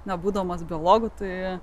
nebūdamas biologu tai